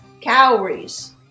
calories